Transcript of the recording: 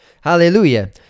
hallelujah